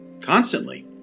constantly